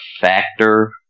factor